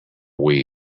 wii